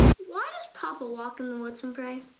why does papa walk in the woods and pray?